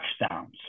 touchdowns